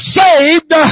saved